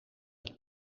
uit